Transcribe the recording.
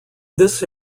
this